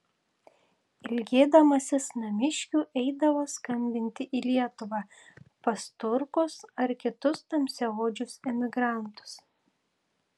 ilgėdamasis namiškių eidavo skambinti į lietuvą pas turkus ar kitus tamsiaodžius emigrantus